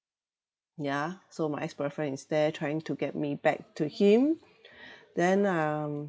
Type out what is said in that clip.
yeah so my ex boyfriend is there trying to get me back to him then um